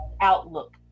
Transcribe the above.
outlook